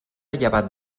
llevat